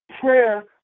Prayer